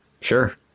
Sure